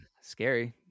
scary